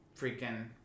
freaking